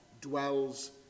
dwells